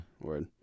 Word